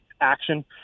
action